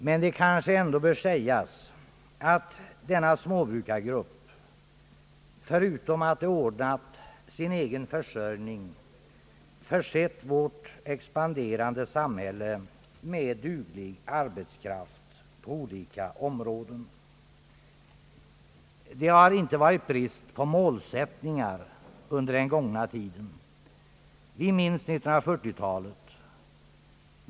Men det kanske ändå bör sägas att denna småbrukargrupp, förutom att de ordnat sin egen försörjning, försett vårt expanderande samhälle med duglig arbetskraft på olika områden. Det har inte varit brist på målsättningar under den gångna tiden. Vi minns 1940-talet.